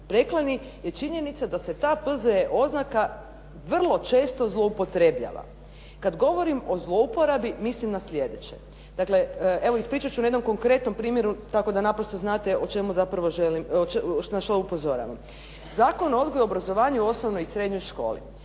preklani je činjenica da se ta P.Z.E. oznaka vrlo često zloupotrebljava. Kad govorim o zlouporabi, mislim na sljedeće. Dakle, evo ispričati ću na jednom konkretnom primjeru tako da naprosto znate o čemu zapravo želim, na što upozoravam. Zakon o odgoju i obrazovanju u osnovnoj i srednjoj školi,